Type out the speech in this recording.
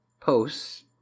posts